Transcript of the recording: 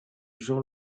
jean